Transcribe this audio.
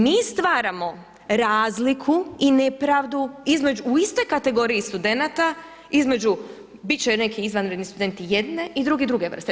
Mi stvaramo razliku i nepravdu u istoj kategoriji studenata između bit će neki izvanredni studenti jedne i drugi druge vrste.